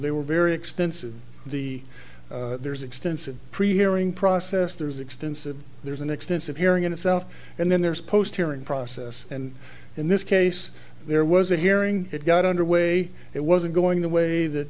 there were very extensive the there's extensive pre hearing process there's extensive there's an extensive hearing in itself and then there's post hearing process and in this case there was a hearing it got underway it wasn't going the way that